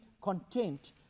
content